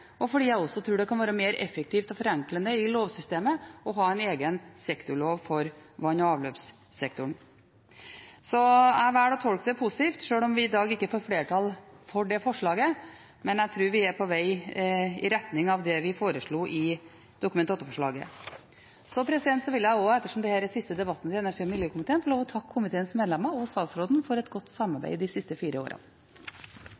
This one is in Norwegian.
og fordi jeg tror det også kan være mer effektivt og forenklende i lovsystemet å ha en egen sektorlov for vann- og avløpssektoren. Så jeg velger å tolke det positivt, sjøl om vi i dag ikke får flertall for dette forslaget, men jeg tror vi er på veg i retning av det vi foreslo i Dokument 8-forslaget. Så vil jeg også – ettersom dette er den siste debatten med energi- og miljøkomiteen – få lov til å takke komiteens medlemmer og statsråden for et godt